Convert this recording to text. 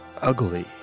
ugly